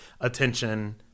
attention